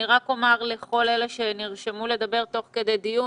אני רק אומר לכל אלה שנרשמו לדבר תוך כדי דיון,